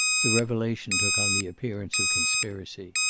the revelation took on the appearance of conspiracy.